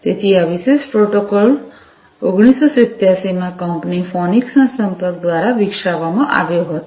તેથી આ વિશિષ્ટ પ્રોટોકોલ 1987 માં કંપની ફોનિક્સ ના સંપર્ક દ્વારા વિકસાવવામાં આવ્યો હતો